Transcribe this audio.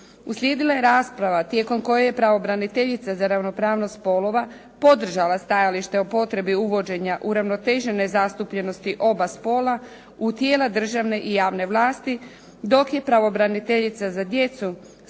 Uslijedila je rasprava tijekom koje je pravobraniteljica za ravnopravnost spolova podržala stajalište o potrebi uvođenja uravnotežene zastupljenosti oba spola u tijela državne i javne vlasti, dok je pravobraniteljica za djecu skrenula